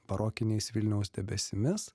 barokiniais vilniaus debesimis